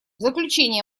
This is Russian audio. заключение